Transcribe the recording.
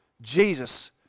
Jesus